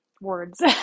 words